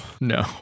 no